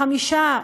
חמישה: